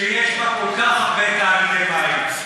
שיש בה כל כך הרבה תאגידי מים.